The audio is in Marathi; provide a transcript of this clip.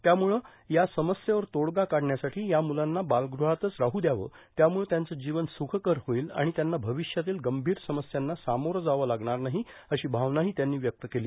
त्यामुळं या समस्येवर तोडगा काढण्यासाठी या मुलांना बालगृहातच राहु द्यावं त्यामुळं त्यांचं जीवन खुखकर हाईल आणि त्यांना भविष्यातील गंभीर समस्यांना सामोरं जावं लागणार नाही अशी भावना ही त्यांनी व्यक्त केली